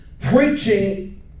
Preaching